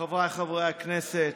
חבריי חברי הכנסת,